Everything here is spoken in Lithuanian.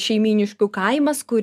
šeimyniškių kaimas kur